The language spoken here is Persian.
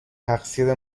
تقصیر